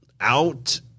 out